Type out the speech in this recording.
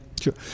sure